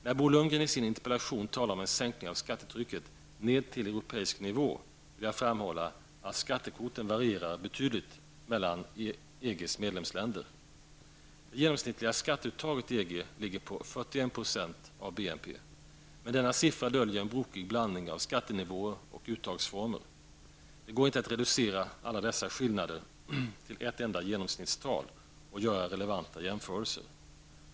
När Bo Lundgren i sin interpellation talar om en sänkning av skattetrycket ''ned till europeisk nivå'' vill jag framhålla att skattekvoten varierar betydligt mellan EGs medlemsländer. Det genomsnittliga skatteuttaget i EG ligger på 41 % av BNP. Men denna siffra döljer en brokig blandning av skattenivåer och uttagsformer. Det går inte att reducera alla dessa skillnader till ett enda genomsnittstal och göra relevanta jämförelser.